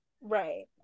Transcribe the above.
right